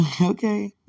Okay